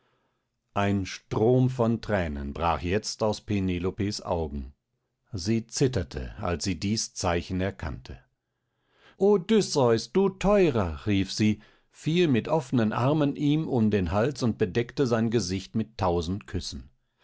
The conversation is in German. ein strom von thränen brach jetzt aus penelopes augen sie zitterte als sie dies zeichen erkannte odysseus du teurer rief sie fiel mit offnen armen ihm um den hals und bedeckte sein gesicht mit tausend küssen